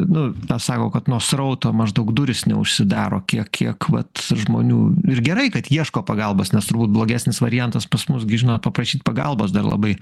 nu tą sako kad nuo srauto maždaug durys neužsidaro kiek kiek vat žmonių ir gerai kad ieško pagalbos nes turbūt blogesnis variantas pas mus gi žinot paprašyt pagalbos dar labai